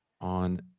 on